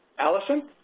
allison.